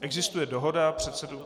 Existuje dohoda předsedů...